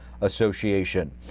Association